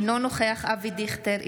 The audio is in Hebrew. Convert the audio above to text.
אינו נוכח אבי דיכטר,